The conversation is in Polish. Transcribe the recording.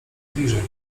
bliżej